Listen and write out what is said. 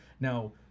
Now